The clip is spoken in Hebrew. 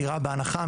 דירה בהנחה,